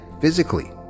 physically